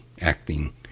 acting